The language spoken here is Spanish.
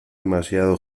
demasiado